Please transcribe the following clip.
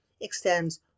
extends